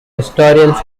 historians